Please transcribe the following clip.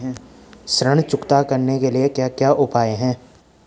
ऋण चुकता करने के क्या क्या उपाय हैं?